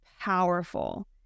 powerful